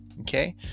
Okay